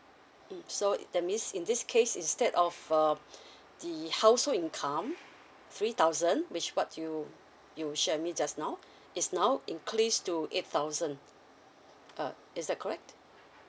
mm so that means in this case instead of um the household income three thousand which what you you share me just now it's now increase to eight thousand uh is that correct